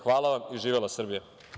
Hvala vam i živela Srbija.